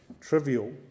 trivial